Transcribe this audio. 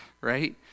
right